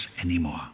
anymore